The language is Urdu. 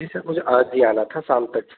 جی سر مجھے آج ہی آنا تھا شام تک